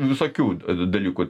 visokių dalykų